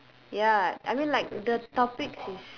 ya I mean like the topics is